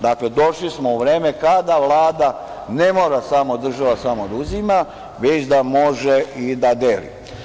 Dakle, došli smo u vreme kada Vlada ne mora samo, država, da uzima, već da može i da deli.